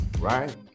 right